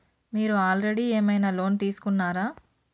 మీరు ఆల్రెడీ ఏమైనా లోన్ తీసుకున్నారా?